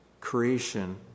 creation